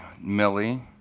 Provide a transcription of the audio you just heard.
Millie